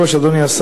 אדוני.